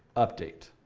update.